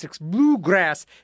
Bluegrass